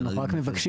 אנחנו רק מבקשים,